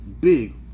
big